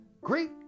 great